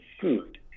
food